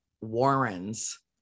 Warrens